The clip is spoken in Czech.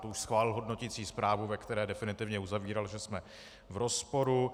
Už schválil hodnoticí zprávu, ve které definitivně uzavíral, že jsme v rozporu.